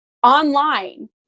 online